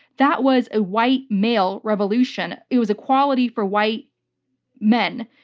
that was a white male revolution. it was equality for white men.